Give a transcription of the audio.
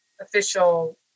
official